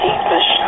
English